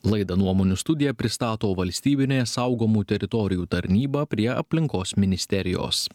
laida nuomonių studija pristato valstybinė saugomų teritorijų tarnyba prie aplinkos ministerijos